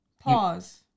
pause